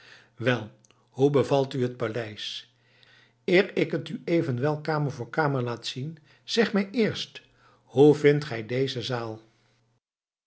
wel hoe bevalt u het paleis eer ik het u evenwel kamer voor kamer laat zien zeg mij eerst hoe vindt gij deze zaal